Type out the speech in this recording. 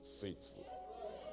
faithful